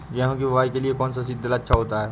गेहूँ की बुवाई के लिए कौन सा सीद्रिल अच्छा होता है?